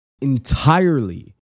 entirely